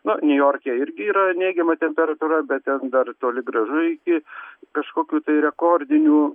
nu niujorke irgi yra neigiama temperatūra bet dar toli gražu iki kažkokių tai rekordinių